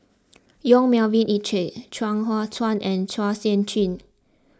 Yong Melvin Yik Chye Chuang Hui Tsuan and Chua Sian Chin